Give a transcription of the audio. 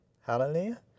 Hallelujah